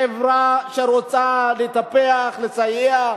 חברה שרוצה לטפח, לסייע,